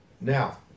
Now